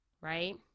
right